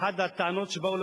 אחת הטענות שבאו אל